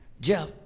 Jeff